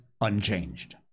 unchanged